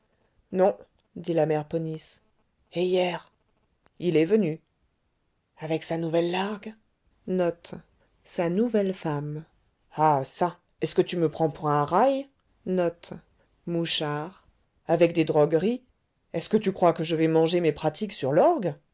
non dit la mère ponisse et hier il est venu avec sa nouvelle largue ah ça est-ce que tu me prends pour un raille avec des drogueries est-ce que tu crois que je vais manger mes pratiques sur l'orgue